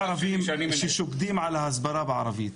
ששוקדים על ההסברה בערבית?